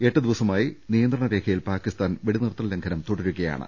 എട്ടുദിവ സമായി നിയന്ത്രണ രേഖയിൽ പാക്കിസ്ഥാൻ വെടി നിർത്തൽ ലംഘനം തുടരുകയാണ്